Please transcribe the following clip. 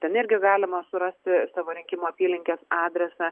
ten irgi galima surasti savo rinkimų apylinkės adresą